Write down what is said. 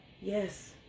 yes